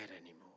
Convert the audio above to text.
anymore